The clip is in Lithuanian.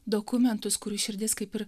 dokumentus kurių širdis kaip ir